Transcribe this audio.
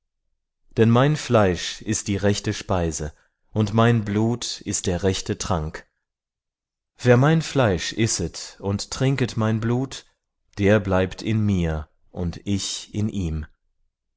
denn mein fleisch ist die rechte speise und mein blut ist der rechte trank wer mein fleisch isset und trinket mein blut der bleibt in mir und ich in ihm